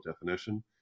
definition